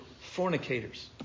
fornicators